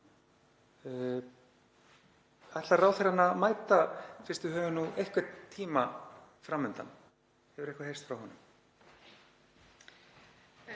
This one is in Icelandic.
Ætlar ráðherrann að mæta fyrst við höfum nú einhvern tíma fram undan? Hefur eitthvað heyrst frá honum?